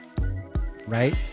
right